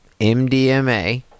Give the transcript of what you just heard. MDMA